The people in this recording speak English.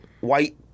white